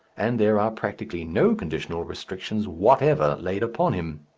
and there are practically no conditional restrictions whatever laid upon him.